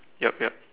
yup yup